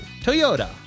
Toyota